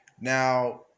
Now